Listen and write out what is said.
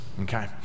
okay